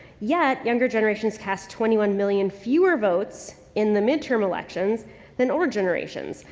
yet, younger generations cast twenty one million fewer votes in the midterm elections than older generations.